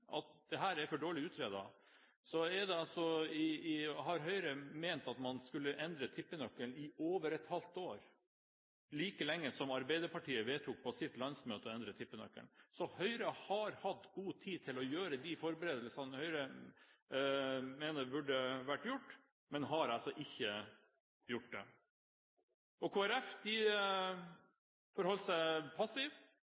at dette er for dårlig utredet – Høyre har i over et halvt år ment at man skulle endre tippenøkkelen, like lenge som Arbeiderpartiet, som vedtok på sitt landsmøte å endre tippenøkkelen – så har Høyre hatt god tid til å gjøre de forberedelsene man mener burde vært gjort, men de har altså ikke gjort